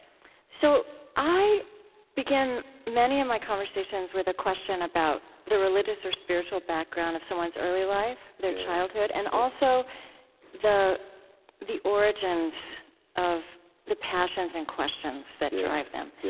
so i begin many of my conversations with a question about the religious or spiritual background of someone's early life, their childhood, and also the the origins of the passions and questions that drive them.